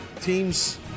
teams